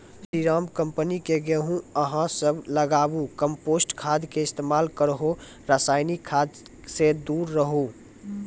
स्री Ram company के गेहूँ अहाँ सब लगाबु कम्पोस्ट खाद के इस्तेमाल करहो रासायनिक खाद से दूर रहूँ?